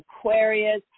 aquarius